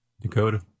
Dakota